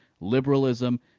liberalism